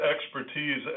expertise